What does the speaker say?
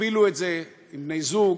תכפילו את זה עם בני זוג,